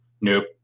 nope